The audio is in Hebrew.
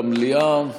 במליאה,